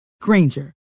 Granger